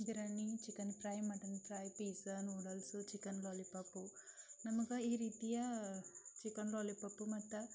biryani chicken fry mutton fry pizza noodles chicken lollipop ನಮ್ಗೆ ಈ ರೀತಿಯ ಚಿಕನ್ ಲಾಲಿ ಪಾಪು ಮತ್ತು